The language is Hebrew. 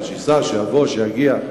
שייסע, שיבוא, שיגיע,